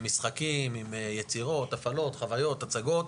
עם משחקים, יצירות, הפעלות, חוויות, הצגות.